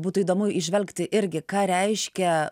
būtų įdomu įžvelgti irgi ką reiškia